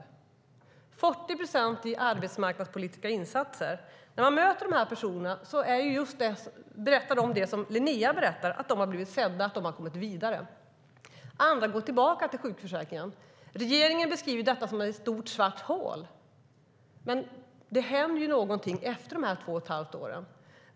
Det är 40 procent i arbetsmarknadspolitiska insatser. Regeringen beskriver detta som ett stort svart hål. Men det händer någonting efter de här två och ett halvt åren.